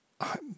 I'm